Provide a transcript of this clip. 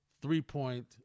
three-point